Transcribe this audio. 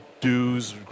dues